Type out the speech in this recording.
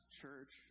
church